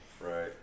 Right